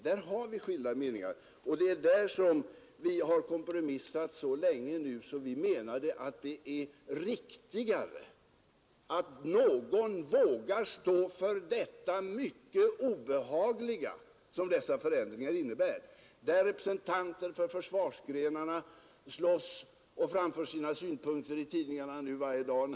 Där har vi skilda meningar. Och där har vi kompromissat så länge, att vi menar att det är riktigare att någon nu vågar stå för det obehagliga som dessa förändringar innebär och som medför att representanter för försvarsgrenarna nu slåss och framför sina synpunkter i tidningarna varje dag.